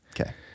Okay